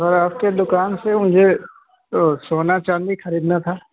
sir आपकी दुकान से मुझे सोना चांदी ख़रीदना था